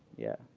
yeah.